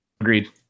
Agreed